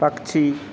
पक्षी